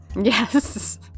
Yes